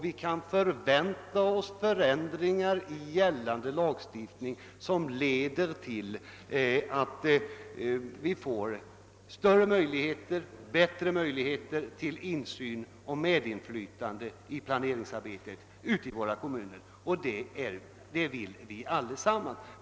Vi kan vänta oss förändringar i gällande lagstiftning som leder till bättre möjligheter till insyn och medinflytande i planeringsarbetet ute i kommunerna, och det är det vi alla vill åstadkomma.